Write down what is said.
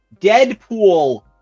Deadpool